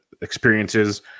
experiences